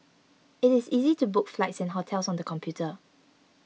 it is easy to book flights and hotels on the computer